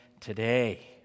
today